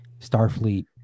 starfleet